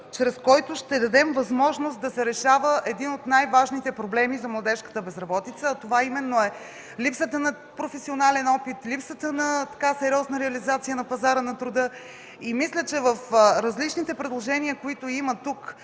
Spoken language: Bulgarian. чрез който ще дадем възможност да се решава един от най-важните проблеми за младежката безработица – именно липсата на професионален опит, липсата на сериозна реализация на пазара на труда. Мисля, че в различните предложения по този